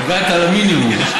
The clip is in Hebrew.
הגעת למינימום.